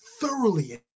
thoroughly